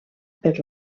per